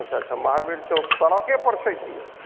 अच्छा अच्छा महावीर चौक सड़के पर छै की